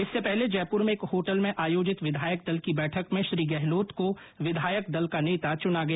इससे पहले जयपूर में एक होटल में आयोजित विधायक दल की बैठक में श्री गहलोत को विधायक दल का नेता चुना गया